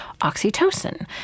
oxytocin